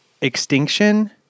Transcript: Extinction